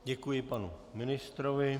Děkuji panu ministrovi.